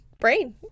brain